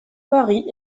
paris